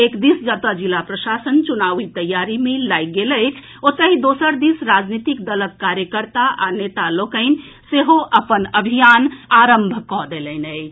एक दिस जतऽ जिला प्रशासन चुनावी तैयारी मे लागि गेल अछि ओतहि दोसर दिस राजनीतिक दलक कार्यकर्ता आ नेता लोकनि सेहो अपन अभियान आरंभ कऽ देलनि अछि